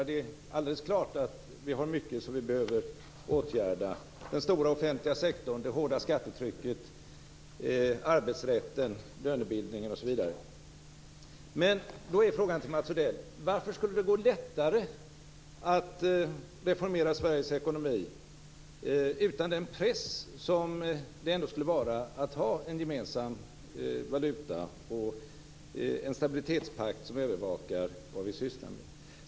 Det är alldeles klart att vi har mycket som vi behöver åtgärda, den stora offentliga sektorn, det hårda skattetrycket, arbetsrätten, lönebildningen osv. Men då är frågan till Mats Odell: Varför skulle det gå lättare att reformera Sveriges ekonomi utan den press som det ändå skulle vara att ha en gemensam valuta och en stabilitetspakt som övervakar vad vi sysslar med?